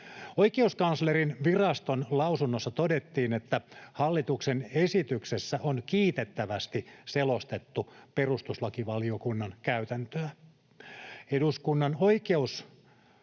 Oikeuskanslerinviraston lausunnossa todettiin, että hallituksen esityksessä on kiitettävästi selostettu perustuslakivaliokunnan käytäntöä. Eduskunnan oikeusasiamies